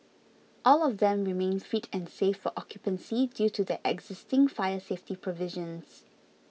all of them remain fit and safe for occupancy due to their existing fire safety provisions